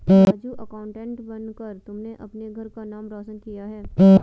Raju accountant बनकर तुमने अपने घर का नाम रोशन किया है